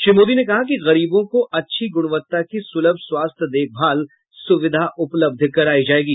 श्री मोदी ने कहा कि गरीबों को अच्छी गुणवत्ता की सुलभ स्वास्थ्य देखभाल सुविधा उपलब्ध कराई जायेगी